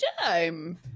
time